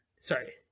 sorry